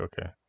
Okay